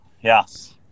Yes